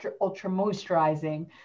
ultra-moisturizing